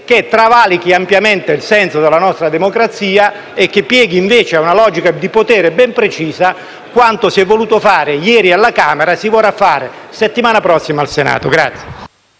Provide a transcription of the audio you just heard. che travalica ampiamente il senso della nostra democrazia e piega invece a una logica di potere ben precisa quanto si è voluto fare ieri alla Camera e si vorrà fare la settimana prossima al Senato.